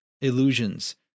Illusions